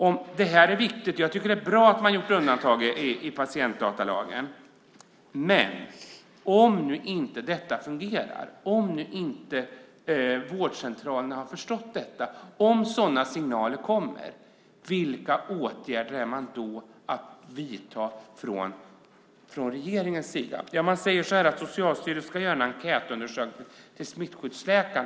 Jag tycker att det är bra att man har gjort undantag i patientdatalagen, men om nu inte detta fungerar, om inte vårdcentralerna har förstått detta, om sådana signaler kommer, vilka åtgärder är man då beredd att vidta från regeringens sida? Man säger att Socialstyrelsen ska göra en enkätundersökning bland smittskyddsläkare.